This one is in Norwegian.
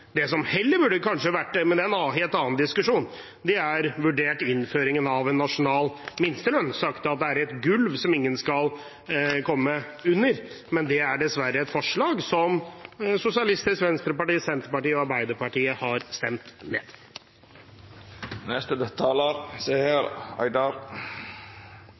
Det som heller kanskje burde vært diskutert – men det er en annen diskusjon – er å vurdere innføringen av en nasjonal minstelønn og si at det er et gulv som ingen skal komme under. Men det er dessverre et forslag som Sosialistisk Venstreparti, Senterpartiet og Arbeiderpartiet har stemt